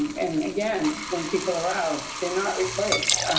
and again, when people are out, they're not replaced.